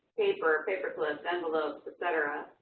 paper, ah paper clips, envelopes, et cetera.